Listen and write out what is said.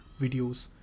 videos